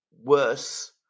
worse